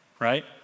right